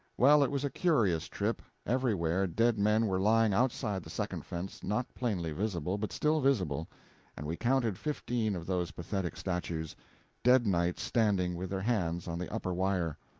well, it was a curious trip. everywhere dead men were lying outside the second fence not plainly visible, but still visible and we counted fifteen of those pathetic statues dead knights standing with their hands on the upper wire.